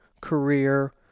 career